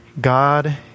God